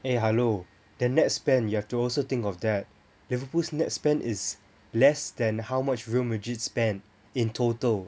eh hello the net spend you have to also think of that Liverpool's net spend is less than how much Real Madrid spent in total